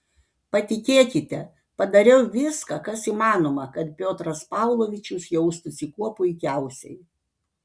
patikėkite padariau viską kas įmanoma kad piotras pavlovičius jaustųsi kuo puikiausiai